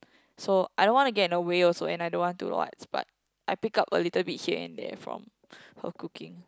so I don't want to get in a way also and I don't want to but I pick up a little bit here and there from her cooking